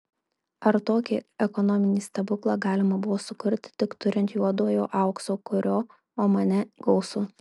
ar tokį ekonominį stebuklą galima buvo sukurti tik turint juodojo aukso kurio omane gausu